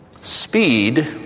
Speed